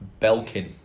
Belkin